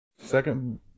second